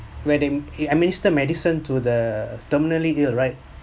where they administer medicine to the terminally ill right